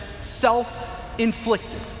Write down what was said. self-inflicted